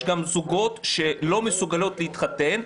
אני חושב שיש גם זוגות שלא מסוגלים להתחתן,